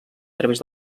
través